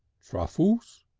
truffles?